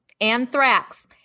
anthrax